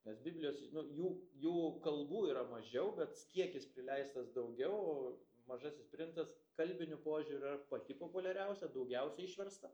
nes biblijos nu jų jų kalbų yra mažiau bets kiekis prileistas daugiau o mažasis princas kalbiniu požiūriu yra pati populiariausia daugiausiai išversta